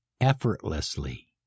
effortlessly